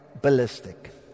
ballistic